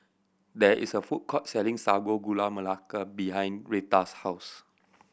there is a food court selling Sago Gula Melaka behind Rheta's house